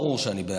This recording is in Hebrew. ברור שאני בעד.